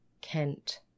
Kent